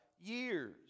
years